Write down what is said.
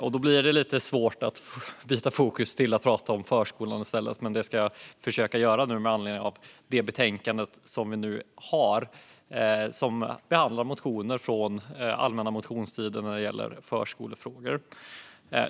Det är lite svårt att byta fokus till att i stället prata om förskolan, men det ska jag försöka göra nu med anledning av det betänkande vi nu debatterar. I betänkandet behandlas motioner om förskolefrågor från allmänna motionstiden.